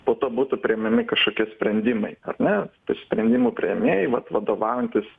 po to būtų priimami kažkokie sprendimai ar ne tu sprendimų priėmėjų vat vadovaujantis